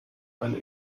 eine